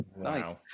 nice